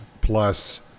Plus